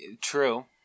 true